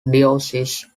diocese